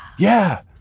yeah.